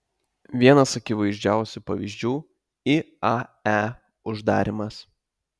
vienas akivaizdžiausių pavyzdžių iae uždarymas